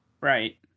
right